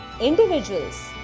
individuals